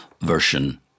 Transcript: version